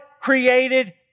created